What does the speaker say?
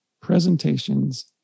presentations